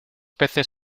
peces